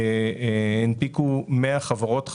שאמרה יושבת ראש הרשות, הנפיקו 100 חברות חדשות,